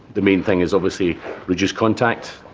the main thing is obviously reduce contact,